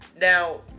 Now